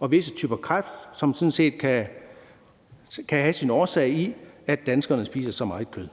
og visse typer kræft, hvilket sådan set kan have sin årsag i, at danskerne spiser så meget kød.